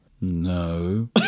No